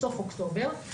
בסוף אוקטובר.